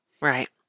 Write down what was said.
right